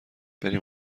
بریم